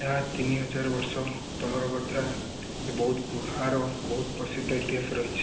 ତାହା ତିନି ହଜାର ବର୍ଷ ତଳର କଥା ସେ ବହୁତ ବହୁତ ପ୍ରସିଦ୍ଧ ଇତିହାସ ରହିଛି